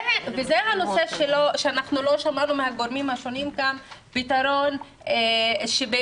זה הנושא שלא שמענו מהגורמים השונים כאן פתרון שבאמת